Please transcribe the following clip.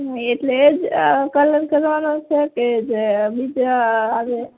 એટલે એ જ કલર કરવાનો છે કે જે બીજા આવે એ